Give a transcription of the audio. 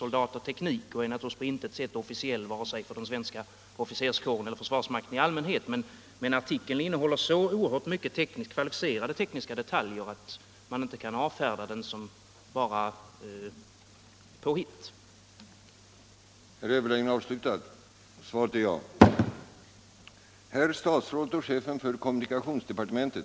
Soldat & Teknik och är naturligtvis på intet sätt officiell för vare sig den svenska officerskåren eller försvarsmakten i allmänhet, men artikeln innehåller så mycket av kvalificerade tekniska detaljer att man inte kan avfärda den som bara påhitt.